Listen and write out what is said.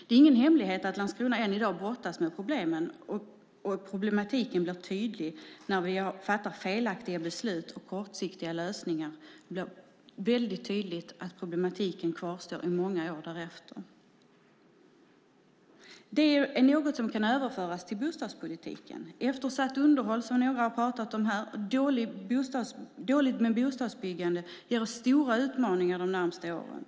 Det är ingen hemlighet att Landskrona än i dag brottas med problematiken, och det blir tydligt när vi har fattat felaktiga beslut och haft kortsiktiga lösningar. Det blir väldigt tydligt att problematiken kvarstår i många år därefter. Det om något kan överföras till bostadspolitiken. Eftersatt underhåll, som några har pratat om här, och dåligt med bostadsbyggande ger oss stora utmaningar de närmaste åren.